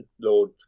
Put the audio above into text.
Lord